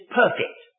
perfect